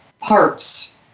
parts